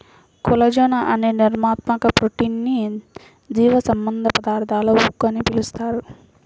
collagen అనే నిర్మాణాత్మక protein ని జీవసంబంధ పదార్థాల ఉక్కు అని పిలుస్తారు